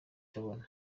abona